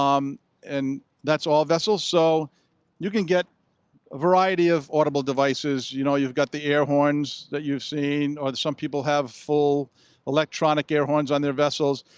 um and that's all vessels, so you can get a variety of audible devices, you know. you've got the air horns that you've seen, or some people have full electronic air horns on their vessels.